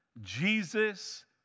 Jesus